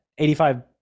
85